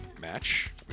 match